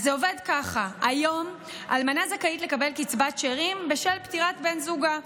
זה עובד ככה: היום אלמנה זכאית לקבל קצבת שאירים בשל פטירת בן זוגה,